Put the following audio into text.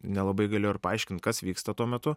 nelabai galėjo ir paaiškint kas vyksta tuo metu